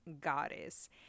goddess